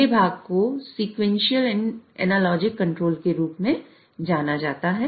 पहले भाग को सीक्वेंशियल एनालॉजिक कंट्रोल के रूप में जाना जाता है